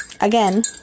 again